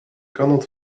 cannot